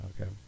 okay